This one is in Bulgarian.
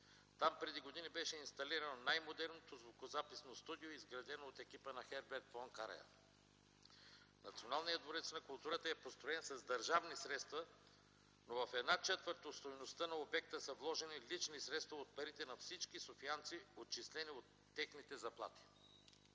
Там преди години беше инсталирано най-модерното звукозаписно студио, изградено от екипа на Херберт фон Караян. Националният дворец на културата е построен с държавни средства. В една четвърт от стойността на обекта са вложени лични средства от парите на всички софиянци, отчислени от техните заплати.